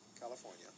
California